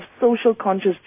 social-conscious